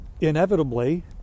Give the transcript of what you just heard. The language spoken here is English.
inevitably